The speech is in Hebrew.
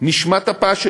נשמת אפה של